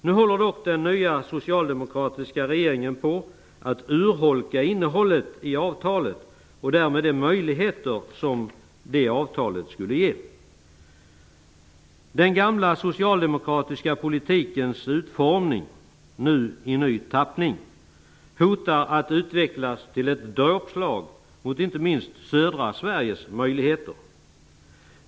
Nu håller dock den nya, socialdemokratiska regeringen på att urholka innehållet i avtalet och därmed de möjligheter som avtalet skulle ge. Den gamla socialdemokratiska politikens utformning, nu i ny tappning, hotar att utvecklas till ett dråpslag, inte minst mot södra Sveriges möjligheter.